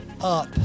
up